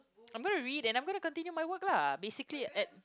I'm gonna read and I'm gonna continue my work lah basically